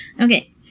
Okay